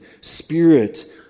spirit